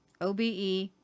OBE